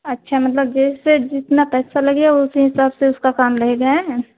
अच्छा मतलब जैसे जितना पैसा लगेगा उसी हिसाब से उसका काम रहेगा है ना